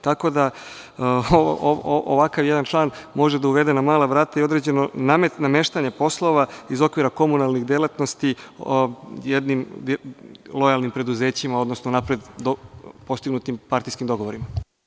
Tako da, ovakav jedan član može da uvede na mala vrata i određeno nameštanje poslova iz okvira komunalnih delatnosti jednim lojalnim preduzećima, odnosno napred postignutim partijskim dogovorima.